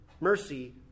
Mercy